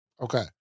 Okay